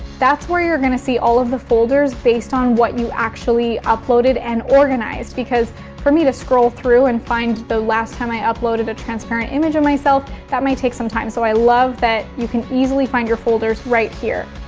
that's where you're gonna see all of the folders based on what you actually uploaded and organized. because for me to scroll through and find the last time i uploaded a transparent image of myself, that might take some time. so i love that you can easily find your folders right here.